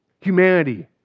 humanity